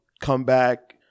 comeback